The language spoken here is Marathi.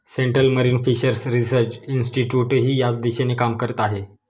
सेंट्रल मरीन फिशर्स रिसर्च इन्स्टिट्यूटही याच दिशेने काम करत आहे